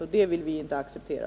Det vill vi inte acceptera.